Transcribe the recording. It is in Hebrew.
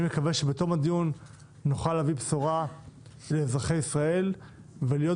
אני מקווה שבתום הדיון נוכל להביא בשורה לאזרחי ישראל ולהיות